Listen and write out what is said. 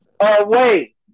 away